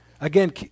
Again